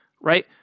Right